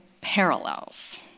parallels